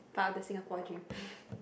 part of the Singapore dream